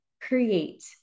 create